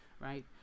Right